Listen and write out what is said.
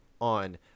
on